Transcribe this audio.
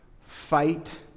fight